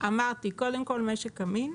קודם כל משק אמין,